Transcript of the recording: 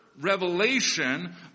revelation